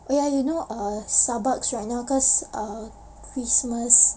oh ya you know err starbucks right now cause err christmas